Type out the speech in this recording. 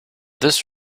this